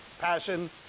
passion